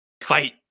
fight